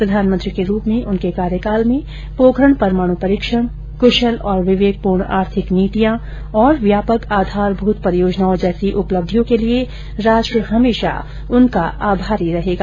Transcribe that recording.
प्रधानमंत्री के रूप में उनके कार्यकाल में पोखरण परमाण परीक्षण क्शल और विवेकपूर्ण आर्थिक नीतियां और व्यापक आधारभूत परियोजनाओं जैसी उपलब्धियों के लिए राष्ट्र हमेशा उनका आभारी रहेगा